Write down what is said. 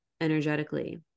energetically